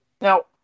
Now